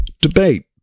debate